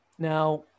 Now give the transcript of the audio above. Now